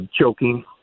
choking